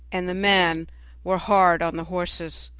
and the men were hard on the horses.